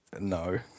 No